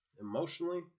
emotionally